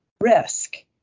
risk